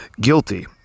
guilty